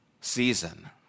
season